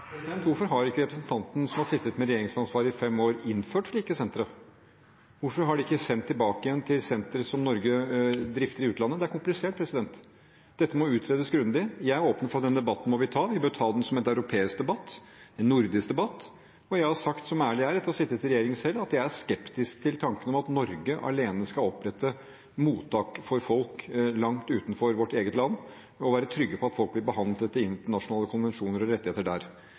Hvorfor har ikke representanten, som har sittet med regjeringsansvaret i fem år, innført slike sentre? Hvorfor har de ikke sendt tilbake igjen til sentre som Norge drifter i utlandet? Dette er komplisert. Dette må utredes grundig. Jeg er åpen for at den debatten må vi ta, vi må ta den som en europeisk debatt og en nordisk debatt. Og jeg har sagt, som ærlig er, etter å ha sittet i regjering selv, at jeg er skeptisk til tanken om at Norge alene skal opprette mottak for folk langt utenfor vårt eget land og være trygg på at folk blir behandlet etter internasjonale konvensjoner og rettigheter der.